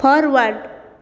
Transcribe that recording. forward